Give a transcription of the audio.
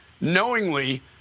knowingly